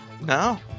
No